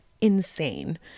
insane